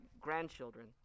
grandchildren